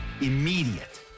Immediate